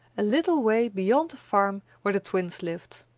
a little way beyond the farm where the twins lived.